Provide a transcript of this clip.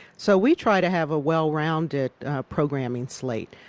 so we try to have a well-rounded programming slate